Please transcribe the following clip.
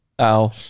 ow